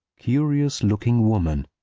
curious-looking woman.